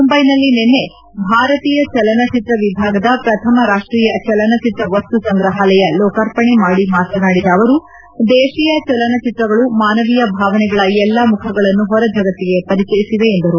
ಮುಂಬೈನಲ್ಲಿ ನಿನ್ನೆ ಭಾರತೀಯ ಚಲನಚಿತ್ರ ವಿಭಾಗದ ಪ್ರಥಮ ರಾಷ್ಷೀಯ ಚಲನಚಿತ್ರ ವಸ್ತು ಸಂಗ್ರಹಾಲಯ ಲೋಕಾರ್ಪಣೆ ಮಾಡಿ ಮಾತನಾಡಿದ ಅವರು ದೇಶೀಯ ಚಲನಚಿತ್ರಗಳು ಮಾನವೀಯ ಭಾವನೆಗಳ ಎಲ್ಲಾ ಮುಖಗಳನ್ನು ಹೊರ ಜಗತ್ತಿಗೆ ಪರಿಚಯಿಸಿವೆ ಎಂದರು